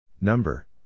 Number